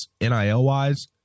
NIL-wise